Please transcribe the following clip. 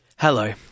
Hello